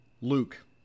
Luke